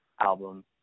album